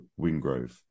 Wingrove